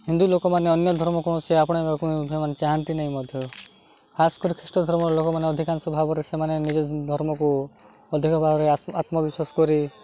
ହିନ୍ଦୁ ଲୋକମାନେ ଅନ୍ୟ ଧର୍ମ କୌଣସି ଆପଣ ସେମାନେ ଚାହାନ୍ତି ନାହିଁ ମଧ୍ୟ ଖାସ୍ କରି ଖ୍ରୀଷ୍ଟ ଧର୍ମର ଲୋକମାନେ ଅଧିକାଂଶ ଭାବରେ ସେମାନେ ନିଜ ଧର୍ମକୁ ଅଧିକ ଭାବରେ ଆତ୍ମବିଶ୍ୱାସ କରି